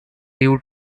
due